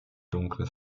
dunkle